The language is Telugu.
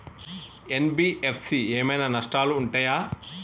ఎన్.బి.ఎఫ్.సి ఏమైనా నష్టాలు ఉంటయా?